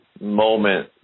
moment